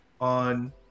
on